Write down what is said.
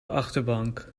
achterbank